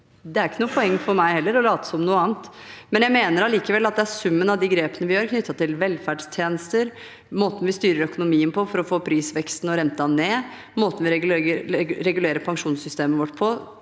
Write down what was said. Det er ikke noe poeng for meg heller å late som noen annet. Men jeg mener allikevel at det er summen av de grepene vi tar knyttet til velferdstjenester, måten vi styrer økonomien på for å få prisveksten og renten ned, måten vi regulerer pensjonssystemet vårt på,